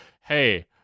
hey